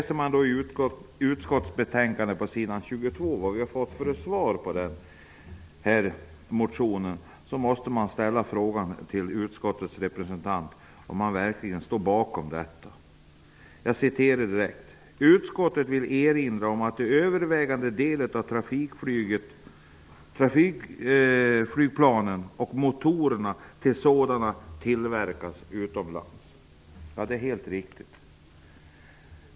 På s. 22 i utskottsbetänkandet uttalar sig utskottet som svar på vår motion på ett sådant sätt att jag måste fråga utskottets representant om han verkligen står bakom skrivningen i betänkandet: ''Utskottet vill erinra om att den övervägande delen av trafikflygplan och motorerna till sådana tillverkas utomlands.'' Ja, det är helt riktigt.